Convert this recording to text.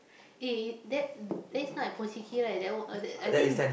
eh is that that is not at Pochinki right that one or that I think